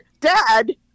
Dad